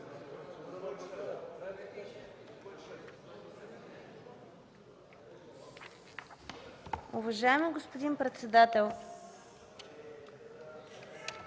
Уважаема госпожо председател,